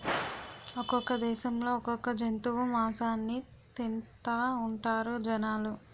ఒక్కొక్క దేశంలో ఒక్కొక్క జంతువు మాసాన్ని తింతాఉంటారు జనాలు